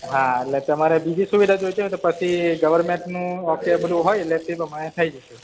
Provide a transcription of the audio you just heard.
હા એટલે તમારે બીજી સુવિધા જોઈતી હોય તો પછી ગવર્નમેંટનું અત્યાર બધુ હોય એટલે પછી તમે થઈ જશે